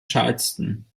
charleston